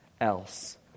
else